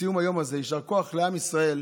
בסיום היום הזה, יישר כוח לעם ישראל,